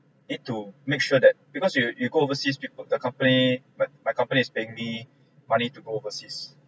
need to make sure that because you you you go overseas people the company my company is paying me money to go overseas